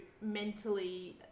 mentally